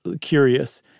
curious